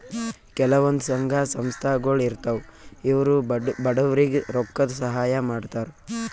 ಕೆಲವಂದ್ ಸಂಘ ಸಂಸ್ಥಾಗೊಳ್ ಇರ್ತವ್ ಇವ್ರು ಬಡವ್ರಿಗ್ ರೊಕ್ಕದ್ ಸಹಾಯ್ ಮಾಡ್ತರ್